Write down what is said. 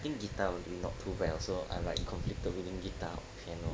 think guitar would be not too bad also I'm like conflicted between guitar and piano